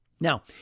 Now